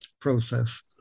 process